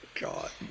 God